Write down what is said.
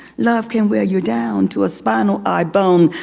love can wear your down to a spinal eye bone.